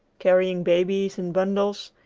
carrying babies and bundles,